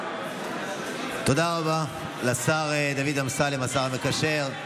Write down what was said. תודה רבה לשר דוד אמסלם, השר המקשר.